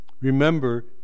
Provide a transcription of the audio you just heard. Remember